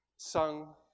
sung